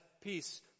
peace